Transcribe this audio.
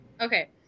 Okay